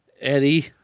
Eddie